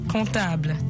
Comptable